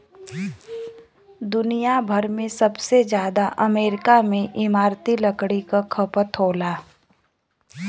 दुनिया भर में सबसे जादा अमेरिका में इमारती लकड़ी क खपत होला